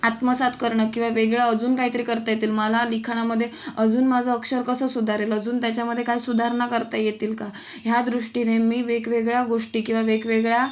आत्मसात करणं किंवा वेगळं अजून काहीतरी करता येतील मला लिखाणामध्ये अजून माझं अक्षर कसं सुधारेल अजून त्याच्यामध्ये काय सुधारणा करता येतील का ह्या दृष्टीने मी वेगवेगळ्या गोष्टी किंवा वेगवेगळ्या